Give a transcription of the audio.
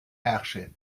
herrsche